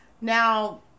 Now